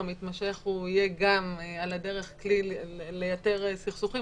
המתמשך יהיה גם על הדרך כלי לייתר סכסוכים,